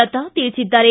ಲತಾ ತಿಳಿಸಿದ್ದಾರೆ